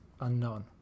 unknown